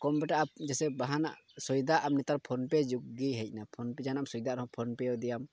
computer ᱡᱮᱭᱥᱮ ᱡᱟᱦᱟᱱᱟᱜ ᱥᱚᱭᱫᱟ ᱟᱨ ᱱᱮᱛᱟᱨ ᱯᱷᱳᱱ ᱯᱮᱹ ᱡᱩᱜᱽ ᱜᱮ ᱦᱮᱡ ᱱᱟ ᱯᱷᱳᱱ ᱯᱮᱹ ᱡᱟᱦᱟᱱᱟᱜ ᱥᱚᱭᱫᱟ ᱨᱮᱦᱚᱸ ᱯᱷᱳᱱ ᱯᱮᱹ ᱟᱫᱮᱭᱟᱢ